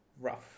Rough